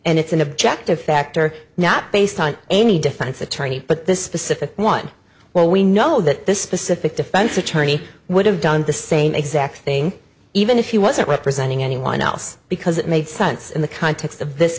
and it's an objective factor not based on any defense attorney but this specific one well we know that this specific defense attorney would have done the same exact thing even if he wasn't representing anyone else because it made sense in the context of this